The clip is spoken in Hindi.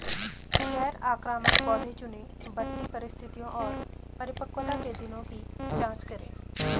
गैर आक्रामक पौधे चुनें, बढ़ती परिस्थितियों और परिपक्वता के दिनों की जाँच करें